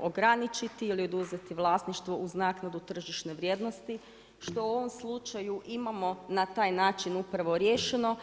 ograničiti ili oduzeti vlasništvo uz naknadu tržišne vrijednosti što u ovom slučaju imamo na taj način upravo riješeno.